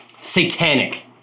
Satanic